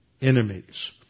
enemies